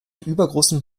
übergroßem